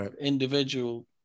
individual